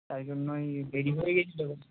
তাই জন্যই দেরি হয়ে গিয়েছিল